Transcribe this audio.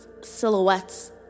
silhouettes